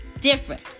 different